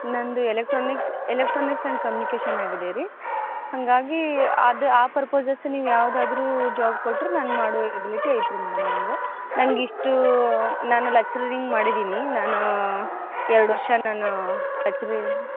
ನನ್ನದು electronics electronics and communication ಆಗಿದೆ ರೀ ಹಾಗಾಗಿ ಅದು ಆ ಪರ್ಪೋಸಸ್ ನೀವು ಯಾವುದಾದ್ರೂ ಜಾಬ್ ಕೊಟ್ಟರೂ ನಾನು ಮಾಡೋ ಎಬಿಲಿಟಿ ಐತೆ ರೀ ಮೇಡಮ್ ನನ್ಗೆ ನಂಗೆ ಇಷ್ಟು ನಾನು ಲೆಕ್ಚರಿಂಗ್ ಮಾಡಿದ್ದೀನಿ ನಾನು ಎರಡು ವರ್ಷ ನಾನು ಲೆಕ್ಚರಿಂಗ್